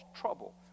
trouble